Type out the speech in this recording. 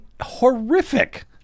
horrific